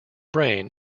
brain